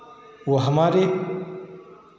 वो हमारे